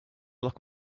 lock